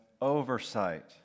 oversight